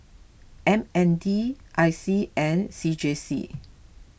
M N D I C and C J C